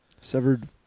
Severed